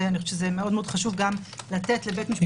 ואני חושבת שזה מאוד מאוד חשוב גם לתת לבית משפט שלום להוציא גם צו.